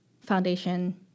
foundation